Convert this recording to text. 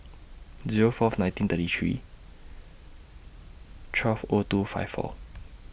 Zero Fourth nineteen thirty three twelve O two five four